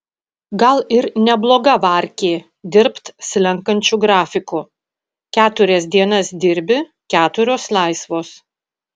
gal ir nebloga varkė dirbt slenkančiu grafiku keturias dienas dirbi keturios laisvos